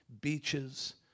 beaches